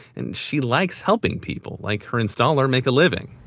and she likes helping people like her installer make a living.